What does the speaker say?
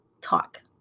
talk